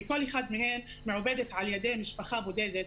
וכל אחת מהן מעובדת על ידי משפחה בודדת.